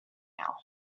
now